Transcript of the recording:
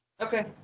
Okay